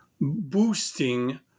boosting